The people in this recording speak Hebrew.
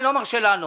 אני לא מרשה לענות.